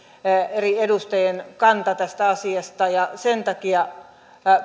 eri edustajien kanta tästä asiasta sen takia